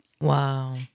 Wow